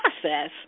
process